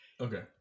Okay